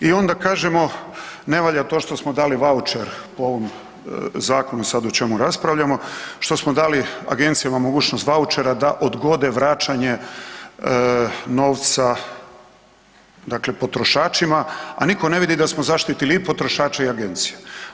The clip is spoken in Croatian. I onda kažemo ne valja to što smo dali vaučer po ovom zakonu sad o čemu raspravljamo, što smo dali agencijama mogućnost vaučera da odgode vraćanje novca dakle potrošačima, a nitko ne vidi da smo zaštitili i potrošače i agenciju.